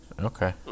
Okay